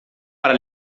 para